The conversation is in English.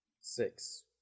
Six